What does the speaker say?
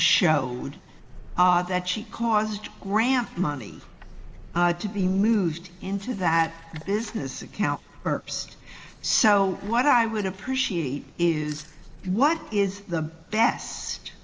showed that she caused grant money to be moved into that business account first so what i would appreciate is what is the best